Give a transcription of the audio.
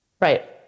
Right